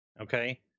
okay